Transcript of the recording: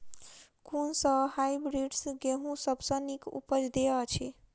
कुन सँ हायब्रिडस गेंहूँ सब सँ नीक उपज देय अछि?